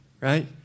right